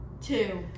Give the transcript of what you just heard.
two